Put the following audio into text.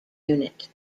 unit